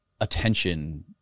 attention